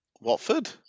Watford